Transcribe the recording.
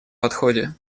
подходе